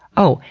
oh,